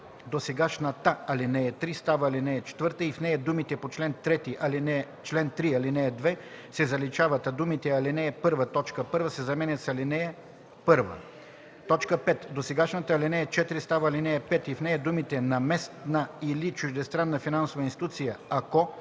Досегашната ал. 3 става ал. 4 и в нея думите „по чл. 3, ал. 2” се заличават, а думите „ал. 1, т. 1” се заменят с „ал. 1”. 5. Досегашната ал. 4 става ал. 5 и в нея думите „на местна или чуждестранна финансова институция,